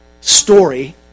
story